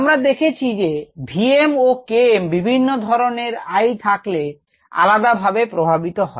আমরা দেখেছি যে V m ও K m বিভিন্ন ধরনের I থাকলে আলাদা ভাবে প্রভাবিত হয়